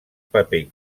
paper